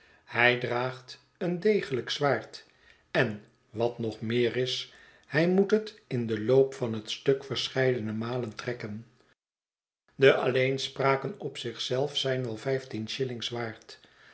hij draagt een degelijk zwaard en wat nog meer is hij moet het in den loop van het stuk verscheidene malen trekken de alleenspraken op zich zelf zijn wel vijftien shillings waard